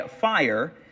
fire